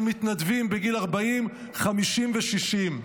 הם מתנדבים בגיל 40, 50 ו-60.